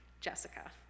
Jessica